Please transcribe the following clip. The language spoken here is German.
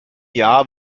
jahr